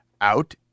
out